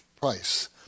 price